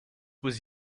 was